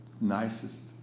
nicest